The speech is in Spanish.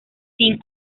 sin